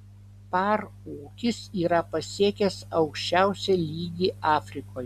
par ūkis yra pasiekęs aukščiausią lygį afrikoje